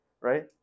right